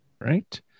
right